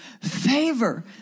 Favor